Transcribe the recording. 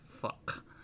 Fuck